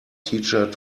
teacher